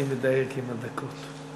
אני מדייק עם הדקות.